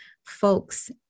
folks